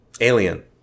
alien